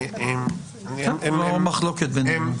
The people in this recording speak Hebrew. אין מחלוקת בינינו.